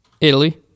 Italy